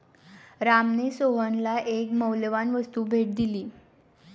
रामने सोहनला एक मौल्यवान वस्तू भेट दिली